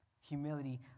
Humility